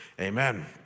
amen